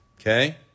Okay